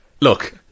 look